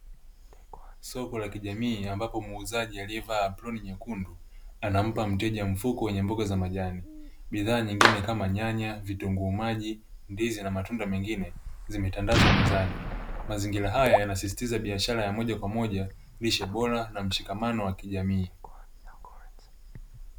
Soko la kijamii ambapo muuzaji aliyevaa aproni nyekundu anampa mteja mfuko wenye mboga za majani, bidhaa nyingine kama: nyanya, vitungu maji, ndizi na matunda mengine zimetandanzwa mezani. Mazingira haya yanasisitiza biashara ya moja kwa moja, lishe bora na mshikamano wa kijamii.